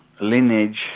lineage